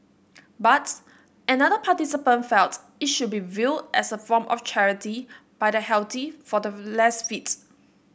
but another participant felt it should be viewed as a form of charity by the healthy for the less fits